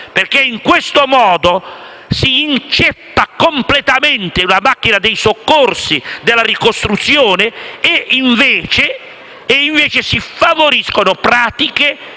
perché in questo modo si inceppa completamente la macchina dei soccorsi, della ricostruzione. Al contrario, si favoriscono pratiche